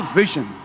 vision